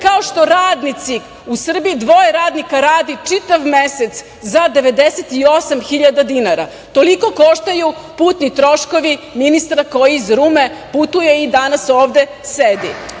kao što radnici u Srbiji, dvoje radnika radi čitav mesec, za 98 hiljada dinara. Toliko koštaju putni troškovi ministra koji iz Rume putuje i danas ovde sedi.